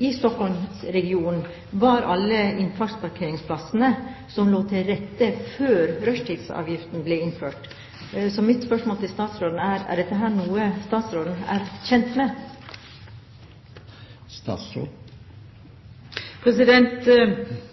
i Stockholm-regionen skyldtes at alle innfartsparkeringsplassene lå til rette før rushtidsavgiften ble innført. Mitt spørsmål til statsråden er: Er dette noe statsråden er kjent med?